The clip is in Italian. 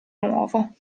nuovo